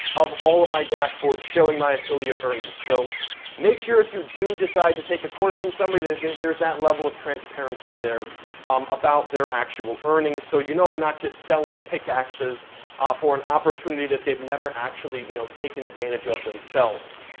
of all of my dashboard showing my affiliate earnings. so make sure if you do decide to take a course from somebody that there's that level of transparency there about their actual earnings, so you know they're not just selling pickaxes for an opportunity that they've never actually you know taken advantage of themselves.